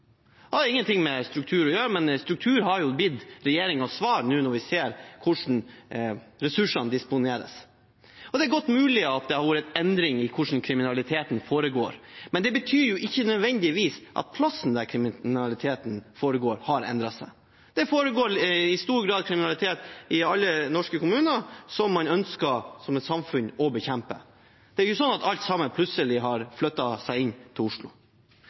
ingenting med struktur å gjøre, men struktur har jo blitt regjeringens svar, nå når vi ser hvordan ressursene disponeres. Det er godt mulig at det har vært en endring i hvordan kriminaliteten foregår, men det betyr ikke nødvendigvis at stedet der kriminaliteten foregår, har endret seg. Det foregår i stor grad i alle norske kommuner kriminalitet som man som samfunn ønsker å bekjempe. Det er ikke slik at alt plutselig har forflyttet seg til Oslo.